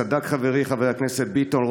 צדק חברי חבר הכנסת ביטון,